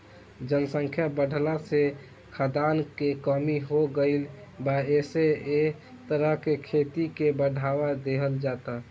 जनसंख्या बाढ़ला से खाद्यान के कमी हो गईल बा एसे एह तरह के खेती के बढ़ावा देहल जाता